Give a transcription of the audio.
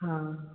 हाँ